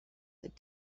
but